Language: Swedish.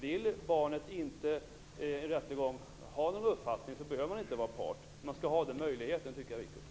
Vill barnet inte i rättegång ha någon uppfattning behöver det inte vara part. Men barnet skall ha den möjligheten. Det tycker jag är viktigt.